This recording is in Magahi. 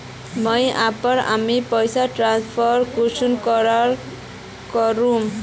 मुई अपना मम्मीक पैसा ट्रांसफर कुंसम करे करूम?